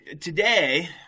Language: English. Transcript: today